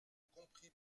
compris